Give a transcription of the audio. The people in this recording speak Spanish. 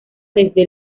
desde